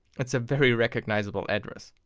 it's a very recognisable address.